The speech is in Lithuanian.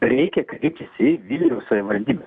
reikia kreiptis į vilniaus savivaldybę